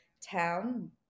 town